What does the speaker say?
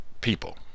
people